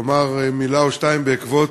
לומר מילה או שתיים בעקבות